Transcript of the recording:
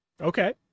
Okay